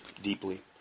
Deeply